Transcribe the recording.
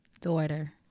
Daughter